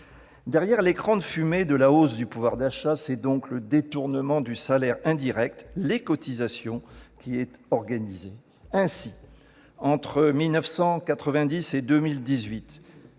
Derrière l'écran de fumée de la « hausse du pouvoir d'achat », c'est donc le détournement du salaire indirect, c'est-à-dire des cotisations, qui est organisé. Ainsi, entre 1990 et 2018,